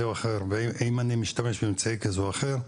או אחר או האם אני משתמש באמצעי כזה או אחר,